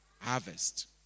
harvest